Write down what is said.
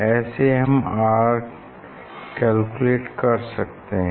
ऐसे हम R calculate कर सकते हैं